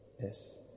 Yes